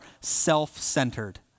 self-centered